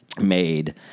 made